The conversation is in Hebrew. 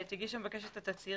הגיש המבקש את התצהיר,